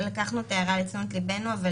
כמובן שלקחנו את ההערה לתשומת לבנו אבל